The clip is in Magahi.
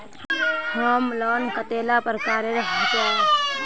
होम लोन कतेला प्रकारेर होचे?